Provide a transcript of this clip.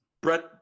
Brett